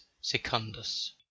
Secundus